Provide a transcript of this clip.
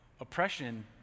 Oppression